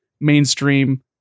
mainstream